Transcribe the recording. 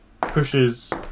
pushes